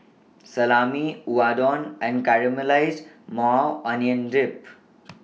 Salami Unadon and Caramelized Maui Onion Dip